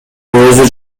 өзү